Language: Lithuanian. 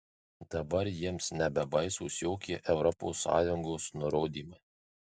dabar jiems nebebaisūs jokie europos sąjungos nurodymai